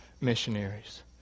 missionaries